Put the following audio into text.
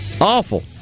Awful